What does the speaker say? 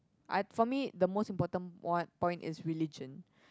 I for me the most important wine point is religion